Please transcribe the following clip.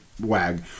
wag